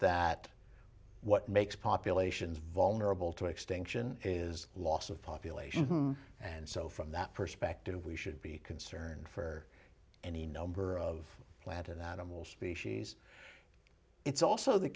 that what makes populations vulnerable to extinction is loss of population and so from that perspective we should be concerned for any number of plant or that them will species it's also the